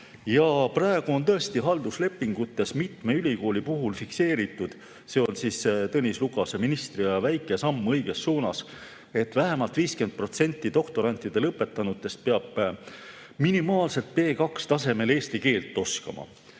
Praegu on tõesti halduslepingutes mitme ülikooli puhul fikseeritud – see on Tõnis Lukase ministriaja väike samm õiges suunas –, et vähemalt 50% lõpetanud doktorante peab minimaalselt B2-tasemel eesti keelt oskama.